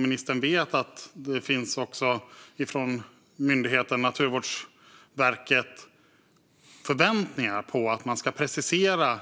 Ministern vet också att det från myndigheten Naturvårdsverket finns förväntningar på att man ska precisera